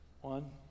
One